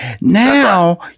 now